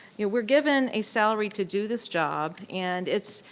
yeah we're given a salary to do this job, and it's,